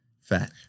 fat